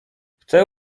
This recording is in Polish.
chcę